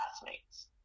classmates